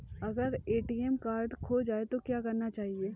अगर ATM card खो जाए तो क्या करना चाहिए?